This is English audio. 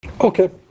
Okay